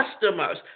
customers